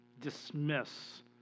dismiss